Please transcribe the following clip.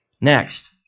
Next